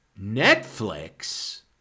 Netflix